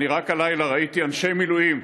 אני רק הלילה ראיתי אנשי מילואים,